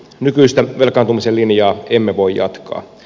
nykyistä velkaantumisen linjaa emme voi jatkaa